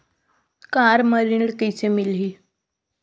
Car म ऋण कइसे मिलही?